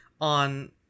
on